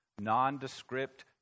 nondescript